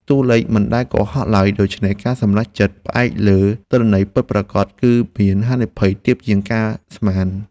តួលេខមិនដែលកុហកឡើយ ដូច្នេះការសម្រេចចិត្តផ្អែកលើទិន្នន័យពិតប្រាកដ គឺមានហានិភ័យទាបជាងការស្មាន។